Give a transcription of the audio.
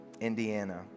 Indiana